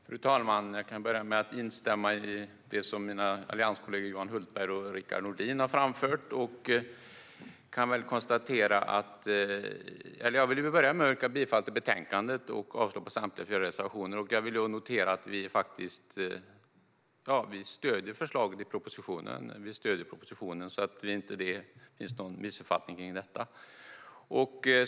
Fru talman! Jag kan börja med att instämma i det som mina allianskollegor Johan Hultberg och Rickard Nordin har framfört och att yrka bifall till utskottets förslag och avslag på samtliga fyra reservationer. Jag noterar att vi stöder propositionen så att det inte finns någon missuppfattning kring detta.